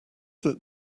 that